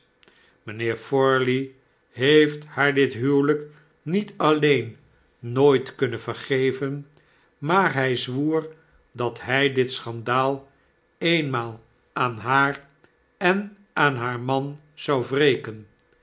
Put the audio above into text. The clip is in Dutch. mgnheer forley heeft haar dit huwelijk niet alleen nooit kunnen vergeven maar hij zwoer dat hij dit schandaal eenmaal aan haar en aan haar man zou